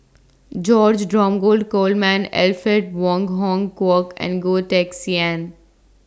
George Dromgold Coleman Alfred Wong Hong Kwok and Goh Teck Sian